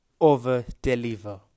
Over-deliver